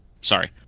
Sorry